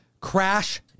crash